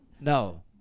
no